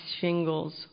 shingles